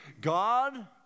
God